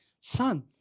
son